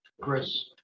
Chris